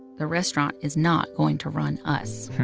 the restaurant is not going to run us.